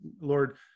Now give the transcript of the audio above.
Lord